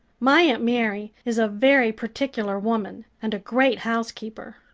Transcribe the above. my aunt mary is a very particular woman and a great housekeeper.